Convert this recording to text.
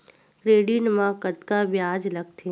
Credit मा कतका ब्याज लगथे?